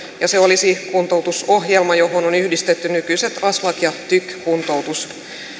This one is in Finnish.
ja se olisi kuntoutusohjelma johon on yhdistetty nykyiset aslak ja tyk kuntoutus